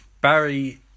Barry